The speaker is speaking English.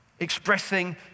expressing